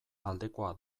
aldekoa